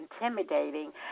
intimidating